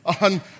on